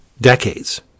decades